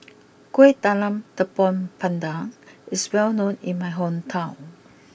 Kueh Talam Tepong Pandan is well known in my hometown